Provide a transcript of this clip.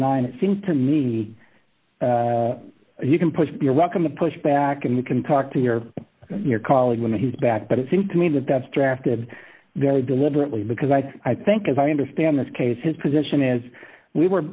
designed it seems to me you can put your welcome the push back and you can talk to your your colleague when he's back but it seems to me that that's drafted very deliberately because i i think as i understand this case his position is we were